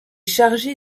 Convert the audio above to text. chargé